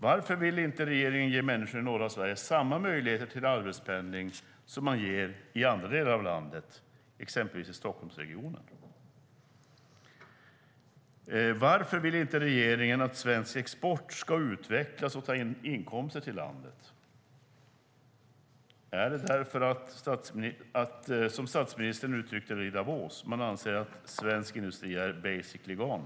Varför vill inte regeringen ge människor i norra Sverige samma möjligheter till arbetspendling som man ger andra delar av landet, till exempel Stockholmsregionen? Varför vill inte regeringen att svensk export ska utvecklas och ta in inkomster till landet? Är det därför att, som statsministern uttryckte det i Davos, man anser att svensk industri är basically gone?